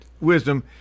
wisdom